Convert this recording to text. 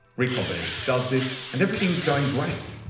recombinetics does this and everything's going great.